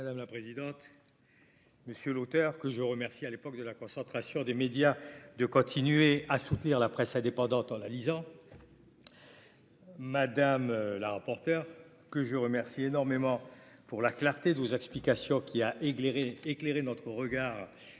Madame la présidente, monsieur l'auteur que je remercie à l'époque de la concentration des médias, de continuer à soutenir la presse indépendante en la lisant. Madame la rapporteure, que je remercie énormément pour la clarté de vos explications qui a éclairé éclairer notre regard sur ce point